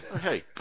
Hey